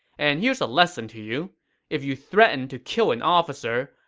and here's a lesson to you if you threaten to kill an officer,